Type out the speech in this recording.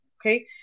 okay